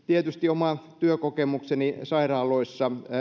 tietysti oma työkokemukseni sairaaloissa